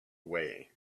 way